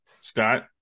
scott